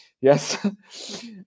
Yes